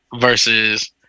versus